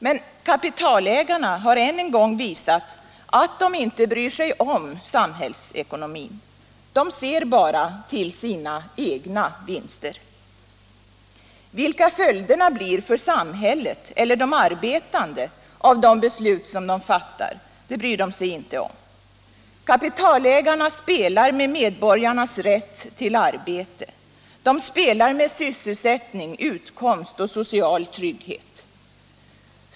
Men kapitalägarna har än en gång visat att de inte bryr sig om samhällsekonomin. De ser bara till sina egna vinster. Vilka följderna blir för samhället eller för de arbetande av de beslut de fattar bryr de sig inte om. Kapitalägarna spelar med medborgarnas rätt till arbete. De spelar med sysselsättning, utkomst och social trygghet.